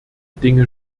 dinge